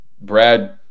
Brad –